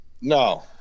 No